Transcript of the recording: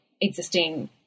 existing